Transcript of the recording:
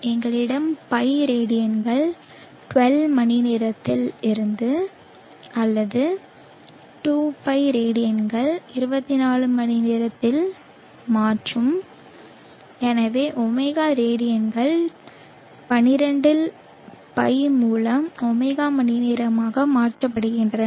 எங்களிடம் pi ரேடியன்கள் 12 மணிநேரத்தில் அல்லது 2 pi ரேடியன்களை 24 மணி நேரத்தில் மாற்றும் எனவே ω ரேடியன்கள் 12 இல் pi மூலம் ω மணிநேரமாக மாற்றப்படுகின்றன